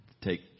take